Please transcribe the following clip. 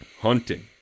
Hunting